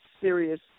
serious